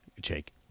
Jake